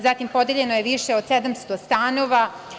Zatim, podeljeno je više od 700 stanova.